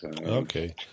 Okay